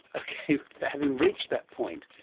okay, but having reached that point,